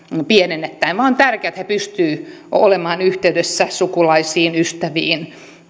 pienenevät vaan on tärkeää että he pystyvät olemaan yhteydessä sukulaisiin ystäviin